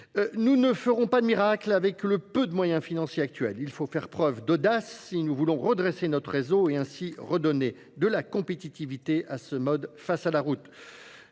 Nous ne ferons pas de miracle avec le peu de moyens financiers actuels. Il faut faire preuve d'audace si nous voulons redresser notre réseau et ainsi redonner de la compétitivité à ce mode face à la route.